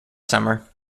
summer